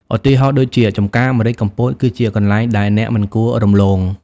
ឧទាហរណ៍ដូចជា ចំការម្រេចកំពត គឺជាកន្លែងដែលអ្នកមិនគួររំលង។